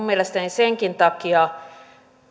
mielestäni aiheettomia senkin takia